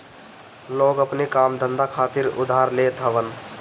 लोग अपनी काम धंधा खातिर उधार लेत हवन